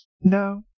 No